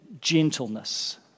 gentleness